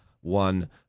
One